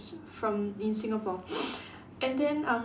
from in Singapore and then um